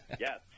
Yes